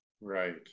right